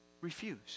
refuse